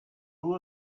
who